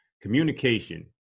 Communication